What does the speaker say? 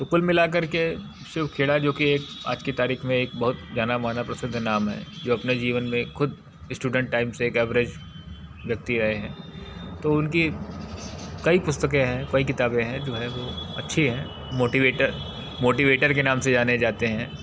तो कुल मिला कर के शिव खेड़ा जो कि एक आज की तारीख में एक बहुत जाना माना प्रसिद्ध नाम है जो अपने जीवन में ख़ुद स्टूडेंट टाइम से एक एवरेज व्यक्ति रहे हैं तो उनकी कई पुस्तकें हैं कई किताबें हैं जो है वह अच्छी हैं मोटिवेटर मोटिवेटर के नाम से जाने जाते हैं